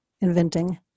inventing